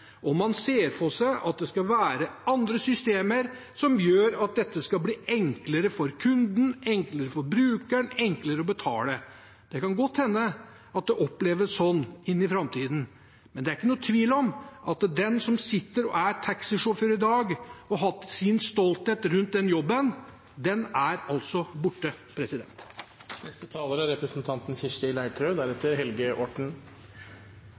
Man ser for seg at det skal være andre systemer som gjør at dette skal bli enklere for kunden, enklere for brukeren, enklere å betale. Det kan godt hende at det oppleves sånn inn i framtiden, men i dag er det er ikke noen tvil om at den som sitter og er taxisjåfør og har hatt sin stolthet rundt den jobben, er borte.